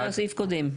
כמו סעיף קודם.